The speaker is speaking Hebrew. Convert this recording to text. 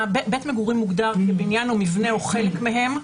"'בית מגורים'" בנין או מבנה או חלק מהם,